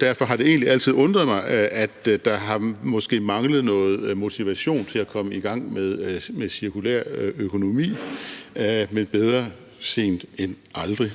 derfor har det egentlig altid undret mig, at der måske har manglet noget motivation til at komme i gang med cirkulær økonomi. Men bedre sent end aldrig.